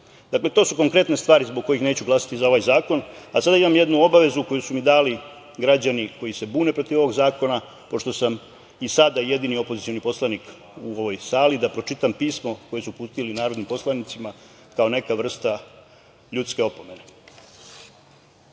zastupa. To su konkretne stvari zbog kojih neću glasati za ovaj zakon. Sada imam jednu obavezu, koju su mi dali građani koji se bune protiv ovog zakona, pošto sam i sada jedini opozicioni poslanik u ovoj sali, da pročitam pismo koje su uputili narodnim poslanicima, kao neka vrsta ljuske opomene.„Gospodo